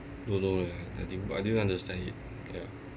don't know leh I didn't buy I didn't understand it ya